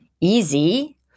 easy